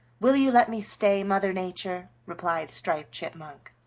will you let me stay, mother nature? replied striped chipmunk.